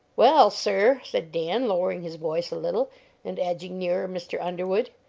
well, sir, said dan, lowering his voice a little and edging nearer mr. underwood,